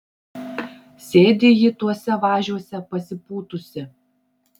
sėdi ji tuose važiuose pasipūtusi